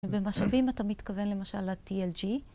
‫במשאבים אתה מתכוון למשל ל-TLG?